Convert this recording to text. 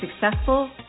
successful